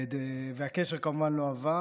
והקשר כמובן לא עבד.